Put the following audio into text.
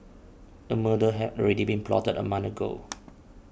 a murder had already been plotted a month ago